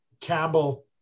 Campbell